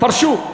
פרשו.